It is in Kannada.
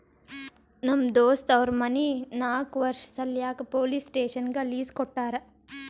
ನಮ್ ದೋಸ್ತ್ ಅವ್ರ ಮನಿ ನಾಕ್ ವರ್ಷ ಸಲ್ಯಾಕ್ ಪೊಲೀಸ್ ಸ್ಟೇಷನ್ಗ್ ಲೀಸ್ ಕೊಟ್ಟಾರ